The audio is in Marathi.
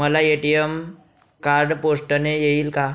मला ए.टी.एम कार्ड पोस्टाने येईल का?